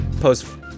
post